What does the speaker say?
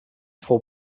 fou